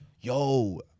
Yo